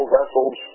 vessels